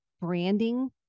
branding